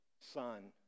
son